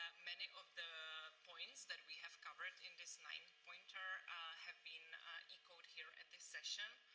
many of the points that we have covered in this nine-pointer have been echoed here and this session.